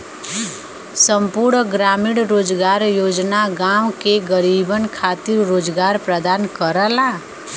संपूर्ण ग्रामीण रोजगार योजना गांव के गरीबन खातिर रोजगार प्रदान करला